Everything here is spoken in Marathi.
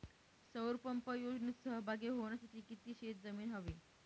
सौर पंप योजनेत सहभागी होण्यासाठी किती शेत जमीन हवी?